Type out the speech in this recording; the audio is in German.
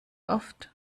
oft